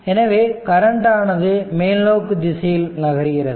எனவே கரண்ட் ஆனது மேல்நோக்கு திசையில் நகர்கிறது